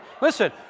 listen